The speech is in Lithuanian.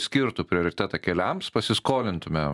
skirtų prioritetą keliams pasiskolintume